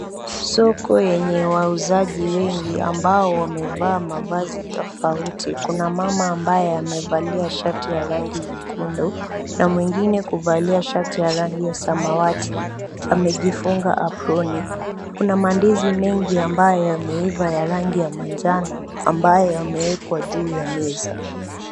Soko yenye wauzaji wengi ambao wamevaa mavazi tofauti. Kuna mama ambaye amevalia shati ya rangi nyekundu na mwingine kuvalia shati ya rangi ya samawati, amejifunga aproni. Kuna mandizi mengi ambayo yameiva ya rangi ya manjano, ambayo yamewekwa juu ya meza.